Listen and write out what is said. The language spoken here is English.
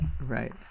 right